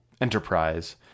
enterprise